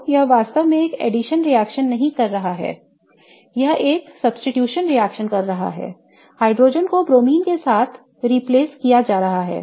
तो यह वास्तव में एक addition रिएक्शन नहीं कर रहा है यह एक प्रतिस्थापन रिएक्शन कर रहा है हाइड्रोजन को ब्रोमिन के साथ प्रतिस्थापित किया जा रहा है